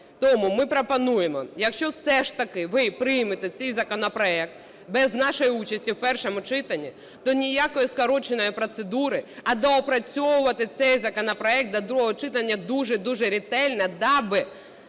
Тому ми пропонуємо, якщо все ж таки ви приймете цей законопроект без нашої участі в першому читанні, то ніякої скороченої процедури, а доопрацьовувати цей законопроект до другого читання дуже-дуже ретельно даби